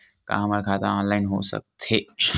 का हमर खाता ऑनलाइन हो सकथे?